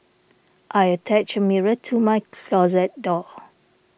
I attached a mirror to my closet door